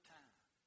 time